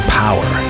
power